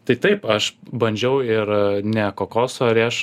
tai taip aš bandžiau ir ne kokoso rieš